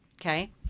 Okay